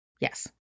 Yes